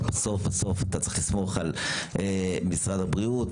אבל בסוף אתה צריך לסמוך על משרד הבריאות